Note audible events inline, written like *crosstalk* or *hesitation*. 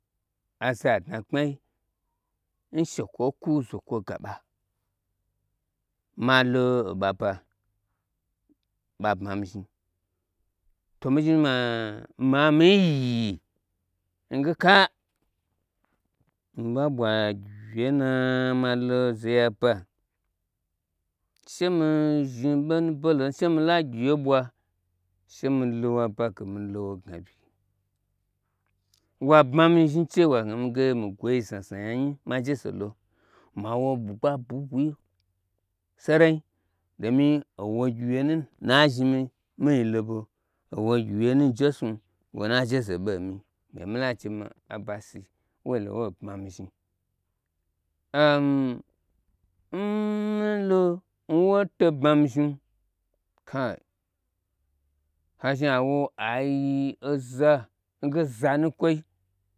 Aza dna gbmai n shekwo kwu zokwo ga ɓa malo oɓa ba ɓa bmami zhni to mi zhi maa mamii yi nge ka miɓa ɓwa gyiwye n na malo zeye aba she ni zhni ɓo nuɓwolan shemi la gyi wye bwa, shemi lo waba ge milo wogna ɓyi wa bma mi zhni che wagna mi ge mi gwoi znazna nya nyi majeze lo ma wo bwugba bwui bwui sercinyi domi owo gyi wyenu na zhni mi mii lobo owo gyi wye nu jesnu wonua jezeɓe nmi magye mi laje mabasi wolo wo bma mi zhni *hesitation* n malo nwoto bmami zhni kai azhni a wo aiyiza nge zanukwoi